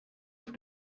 auf